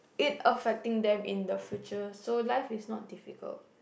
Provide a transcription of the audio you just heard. it affecting them in the future so life is not difficult